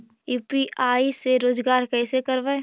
UPI से रोजगार कैसे करबय?